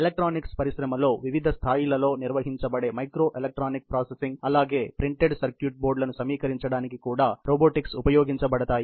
electronics పరిశ్రమలో వివిధ స్థాయిలలో నిర్వహించబడే మైక్రోఎలక్ట్రానిక్ ప్రాసెసింగ్ అలాగే ప్రింటెడ్ సర్క్యూట్ బోర్డులను సమీకరించడానికి కూడా రోబోటిక్స్ ఉపయోగించబడతాయి